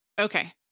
Okay